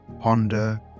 ponder